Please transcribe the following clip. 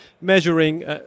measuring